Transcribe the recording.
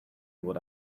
what